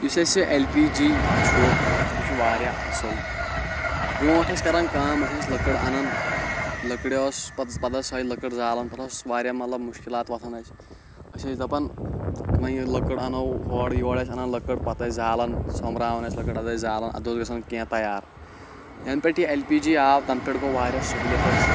یُس اَسہِ L P G چھُ یہِ چھُ واریاہ اَصٕل برٛونٛٹھ ٲسۍ کَران کٲم أسۍ ٲسۍ لٔکٕر اَنَان لٔکرِ اوس پَتہٕ پَتہٕ ٲس سوے لٔکٕر زالَان پَتہٕ اوس واریاہ مطلب مُشکلات وۄتھَان اَسہِ أسۍ ٲسۍ دَپَان وۄنۍ یہِ لٔکٕر اَنو ہورٕ یورٕ ٲسی اَنَان لٔکٕر پَتہٕ ٲسۍ زالَان سۄمبراوَان ٲسۍ لٔکٕر اَدٕ ٲسۍ زالَان ادٕ اوس گژھان کینٛہہ تیار یَنہٕ پٮ۪ٹھ یہِ اٮ۪ل پی جی آو تَنہٕ پٮ۪ٹھ گوٚو واریاہ سہوٗلیت اَسہِ